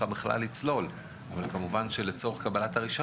התשל"ז 1977. (א2)הוראות סעיף קטן (א)